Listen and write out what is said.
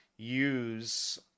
use